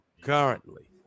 currently